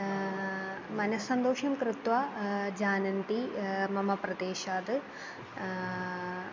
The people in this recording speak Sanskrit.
मनसन्तोषं कृत्वा जानन्ति मम प्रदेशात्